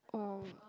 um